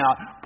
out